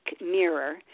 mirror